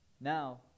Now